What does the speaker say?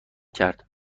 کرد